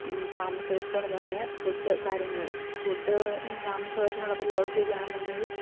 താമസസൗകര്യത്തോടുതന്നെ food കാര്യങ്ങൾ food താമസസൗകര്യത്തിനോടൊപ്പം ലോഡ്ജൊക്കെ ആണെന്നുണ്ടെങ്കിൽ